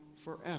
forever